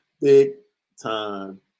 Big-time